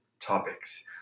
topics